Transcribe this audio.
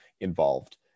involved